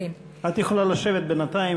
את יכולה לשבת בינתיים.